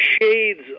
shades